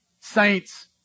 saints